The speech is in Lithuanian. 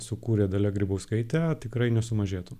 sukūrė dalia grybauskaitė tikrai nesumažėtų